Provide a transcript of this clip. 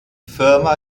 firma